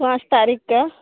पाँच तारीखके